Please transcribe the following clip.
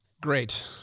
Great